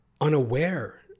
unaware